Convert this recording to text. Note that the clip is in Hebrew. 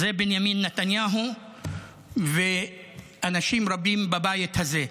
זה בנימין נתניהו ואנשים רבים בבית הזה.